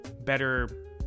better